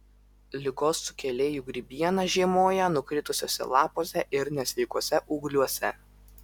ligos sukėlėjų grybiena žiemoja nukritusiuose lapuose ir nesveikuose ūgliuose